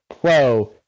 pro-